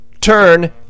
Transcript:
turn